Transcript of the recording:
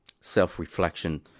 self-reflection